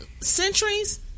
centuries